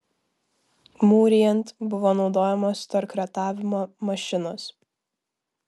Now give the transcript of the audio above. mūrijant buvo naudojamos torkretavimo mašinos